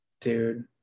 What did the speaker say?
Dude